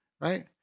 right